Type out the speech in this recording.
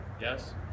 Yes